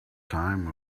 time